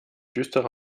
düstere